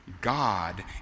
God